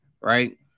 right